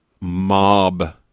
mob